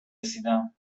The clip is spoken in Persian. رسیدم